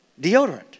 deodorant